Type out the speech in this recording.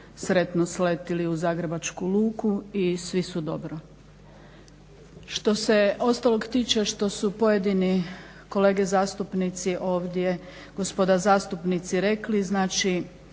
sretno sletjeli u Zagrebačku luku i svi su dobro. Što se ostalog tiče što su pojedini kolege zastupnici ovdje, gospoda zastupnici rekli, znači